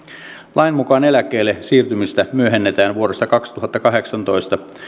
lain mukaan eläkkeelle siirtymistä myöhennetään vuodesta kaksituhattakahdeksantoista